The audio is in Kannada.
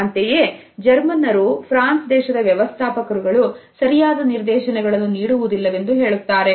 ಅಂತೆಯೇ ಜರ್ಮನ್ನರು ಫ್ರಾನ್ಸ್ನ ದೇಶದ ವ್ಯವಸ್ಥಾಪಕರು ಗಳು ಸರಿಯಾದ ನಿರ್ದೇಶನಗಳನ್ನು ನೀಡುವುದಿಲ್ಲವೆಂದು ಹೇಳುತ್ತಾರೆ